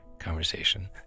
conversation